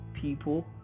people